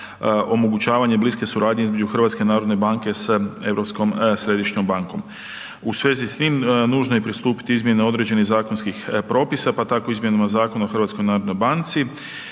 omogućavanje bliske suradnje između HNB-a s Europskom središnjom bankom. U svezi s tim nužno je pristupiti izmjenama određenih zakonskih propisa, pa tako i izmjenama Zakona o HNB-u gdje se i